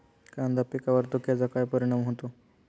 कांदा पिकावर धुक्याचा काय परिणाम होतो?